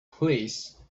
please